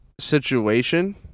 situation